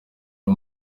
uri